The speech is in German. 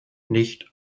nicht